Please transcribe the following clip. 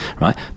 right